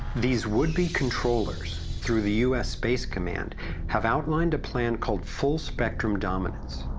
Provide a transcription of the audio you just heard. these would be controllers through the u s. space command have outlined a plan called full spectrum dominance.